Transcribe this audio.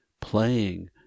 playing